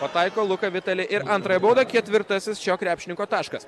pataiko luka vitali ir antrąją baudą ketvirtasis šio krepšininko taškas